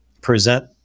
present